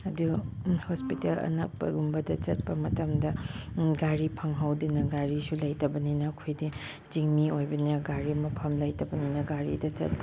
ꯑꯗꯨ ꯍꯣꯁꯄꯤꯇꯦꯜ ꯑꯅꯛꯄꯒꯨꯝꯕꯗ ꯆꯠꯄ ꯃꯇꯝꯗ ꯒꯥꯔꯤ ꯐꯪꯍꯧꯗꯅ ꯒꯥꯔꯤꯁꯨ ꯂꯩꯇꯕꯅꯤꯅ ꯑꯩꯈꯣꯏꯗꯤ ꯆꯤꯡꯃꯤ ꯑꯣꯏꯕꯅꯤꯅ ꯒꯥꯔꯤ ꯃꯐꯝ ꯂꯩꯇꯕꯅꯤꯅ ꯒꯥꯔꯤꯗ ꯆꯠ